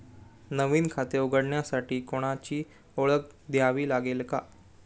नवीन खाते उघडण्यासाठी कोणाची ओळख द्यावी लागेल का?